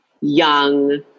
young